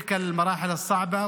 תודה רבה.